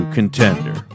Contender